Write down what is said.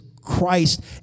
Christ